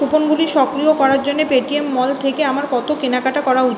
কুপনগুলি সক্রিয় করার জন্যে পেটিএম মল থেকে আমার কত কেনাকাটা করা উ